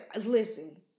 listen